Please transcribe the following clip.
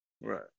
Right